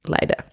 later